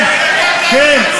כן, כן.